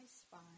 spine